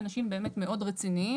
אנשים באמת מאוד רציניים.